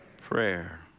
Prayer